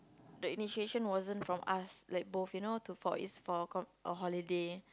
the initiation wasn't from us like both you know to for is for con~ a holiday